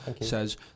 says